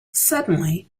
suddenly